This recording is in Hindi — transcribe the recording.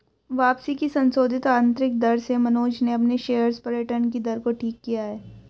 वापसी की संशोधित आंतरिक दर से मनोज ने अपने शेयर्स पर रिटर्न कि दर को ठीक किया है